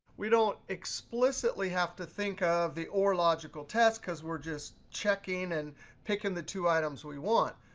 we don't explicitly have to think of the or logical test, because we're just checking and picking the two items we want.